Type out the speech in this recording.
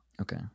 okay